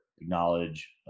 acknowledge